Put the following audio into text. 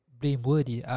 blameworthy